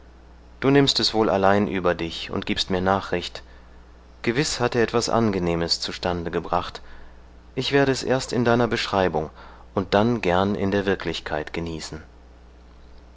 du nimmst es wohl allein über dich und gibst mir nachricht gewiß hat er etwas angenehmes zustande gebracht ich werde es erst in deiner beschreibung und dann gern in der wirklichkeit genießen